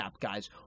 guys